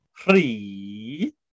three